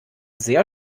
sehr